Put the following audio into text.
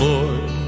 Lord